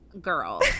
Girl